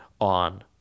on